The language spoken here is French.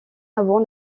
avant